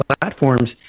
platforms